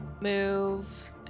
move